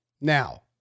Now